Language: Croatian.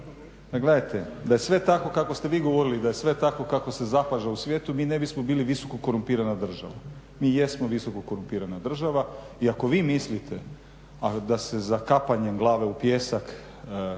da je sve tako kako ste vi govorili, da je sve tako kako se zapaža u svijetu mi ne bismo bili visoko korumpirana država. Mi jesmo visoko korumpirana država i ako vi mislite da se zakapanjem glave u pijesak